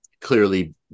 clearly